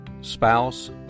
spouse